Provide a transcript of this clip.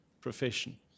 profession